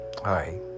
Hi